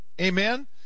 amen